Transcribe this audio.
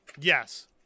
Yes